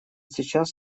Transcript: сейчас